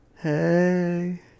Hey